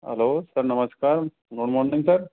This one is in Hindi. हलो सर नमस्कार गुड मॉर्निंग सर